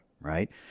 right